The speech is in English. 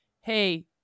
Hey